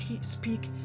Speak